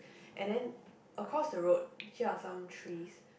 and then across the road here are some trees